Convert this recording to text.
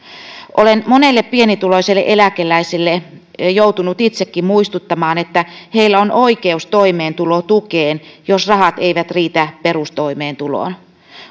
olen monelle pienituloiselle eläkeläiselle joutunut itsekin muistuttamaan että heillä on oikeus toimeentulotukeen jos rahat eivät riitä perustoimeentuloon